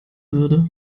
würde